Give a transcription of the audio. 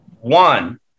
one